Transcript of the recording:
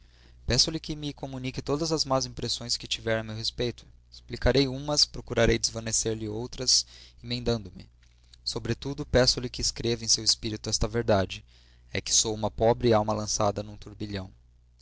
peço-lhe que me comunique todas as más impressões que tiver a meu respeito explicarei umas procurarei desvanecer lhe outras emendando me sobretudo peço-lhe que escreva em seu espírito esta verdade é que sou uma pobre alma lançada num turbilhão